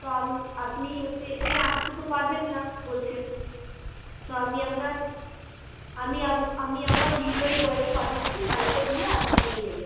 তো আম আপনি হচ্ছে এখানে আসতে তো পারবেন না বলছেন তো আমি আপনার আমি আম আমি আমার ডেলিভারি বয়কে পাঠাচ্ছি শাড়িটা দিয়ে আপনি নিয়ে নেবেন